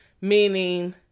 meaning